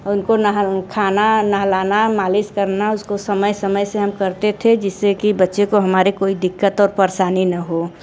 और उनको खाना नहलाना मालिश करना उसको समय समय से हम करते थे जिससे कि बच्चों को हमारे कोई दिक्कत और परेशानी ना हो